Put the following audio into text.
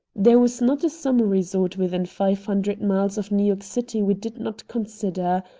there was not a summer resort within five hundred miles of new york city we did not consider.